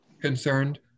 concerned